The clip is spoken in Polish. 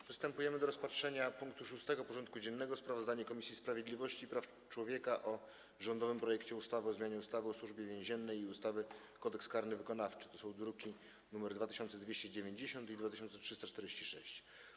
Przystępujemy do rozpatrzenia punktu 6. porządku dziennego: Sprawozdanie Komisji Sprawiedliwości i Praw Człowieka o rządowym projekcie ustawy o zmianie ustawy o Służbie Więziennej i ustawy Kodeks karny wykonawczy (druki nr 2290 i 2346)